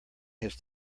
his